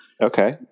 Okay